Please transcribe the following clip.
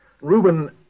Reuben